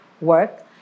work